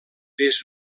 des